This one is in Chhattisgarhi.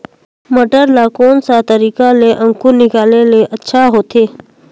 मटर ला कोन सा तरीका ले अंकुर निकाले ले अच्छा होथे?